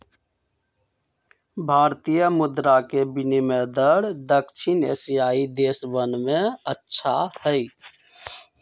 भारतीय मुद्र के विनियम दर दक्षिण एशियाई देशवन में अच्छा हई